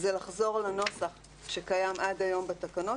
היא לחזור לנוסח שקיים עד היום בתקנות,